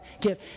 give